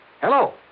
Hello